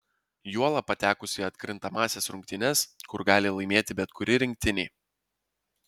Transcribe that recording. juolab patekus į atkrintamąsias rungtynes kur gali laimėti bet kuri rinktinė